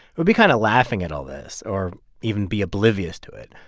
would be kind of laughing at all this or even be oblivious to it.